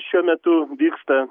šiuo metu vyksta